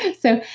and so,